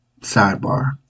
Sidebar